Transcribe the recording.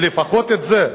לפחות את זה.